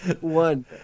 One